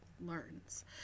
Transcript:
learns